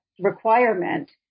requirement